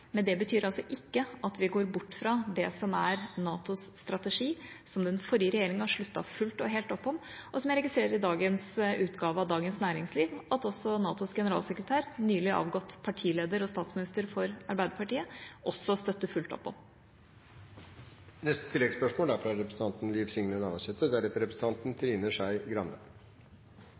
men det betyr ikke at vi går bort fra det som er NATOs strategi, som den forrige regjeringa sluttet fullt og helt opp om, og som jeg registrerer i dagens utgave av Dagens Næringsliv at også NATOs generalsekretær, nylig avgått partileder og statsminister fra Arbeiderpartiet, også støtter fullt opp om.